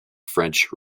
french